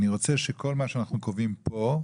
אני רוצה שכל מה שאנחנו קובעים פה,